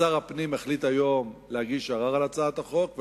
שר הפנים החליט היום להגיש ערר על הצעת החוק,